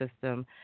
system